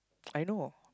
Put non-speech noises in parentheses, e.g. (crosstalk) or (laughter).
(noise) I know